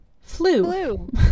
Flu